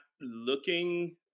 looking